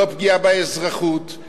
לא פגיעה באזרחות,